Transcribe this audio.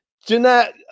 Jeanette